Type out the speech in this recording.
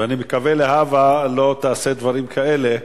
ואני מקווה שלהבא לא תעשה דברים כאלה.